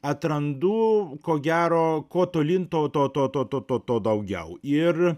atrandu ko gero kuo tolyn to to to to to tuo daugiau ir